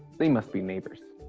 they must be neighbors.